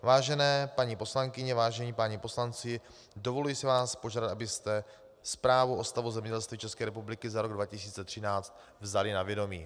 Vážené paní poslankyně, vážení páni poslanci, dovoluji si vás požádat, abyste zprávu o stavu zemědělství České republiky za rok 2013 vzali na vědomí.